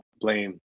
blame